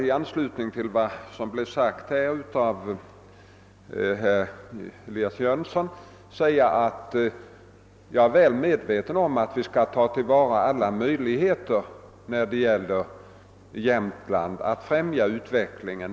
I anslutning till vad herr Jönsson i Ingemarsgården anförde vill jag också säga att jag är helt på det klara med att vi måste tillvarata alla möjligheter att främja utvecklingen av näringslivet i Jämtland.